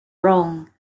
wrong